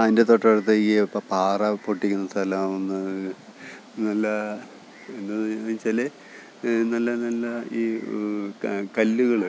അതിൻ്റെ തൊട്ടടുത്ത് ഈ പാ പാറ പൊട്ടിക്കുന്ന സ്ഥലമൊന്ന് നല്ല എന്നാന്ന് ചോദിച്ചാൽ നല്ല നല്ല ഈ കാ കല്ലുകൾ